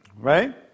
Right